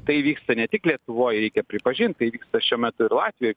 tai vyksta ne tik lietuvoj reikia pripažint tai vyksta šiuo metu ir latvijoj